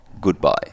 goodbye